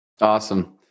Awesome